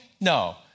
No